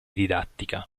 didattica